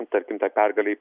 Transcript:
nu tarkim ta pergalei